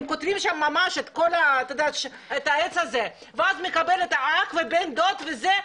הם כותבים שם ממש את העץ הזה ואז מקבל האח והבן דוד וזה,